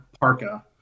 parka